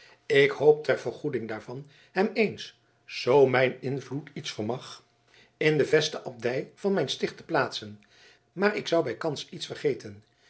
ik hoop ter vergoeding daarvan hem eens zoo mijn invloed iets vermag in de vetste abdij van mijn sticht te plaatsen maar ik zou bijkans iets vergeten